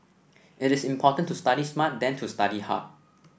it is important to study smart than to study hard